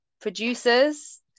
producers